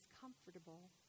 comfortable